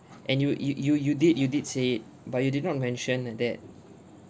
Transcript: and you you you you did you did say it but you did not mention ah that